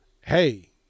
Hey